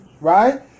right